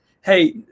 hey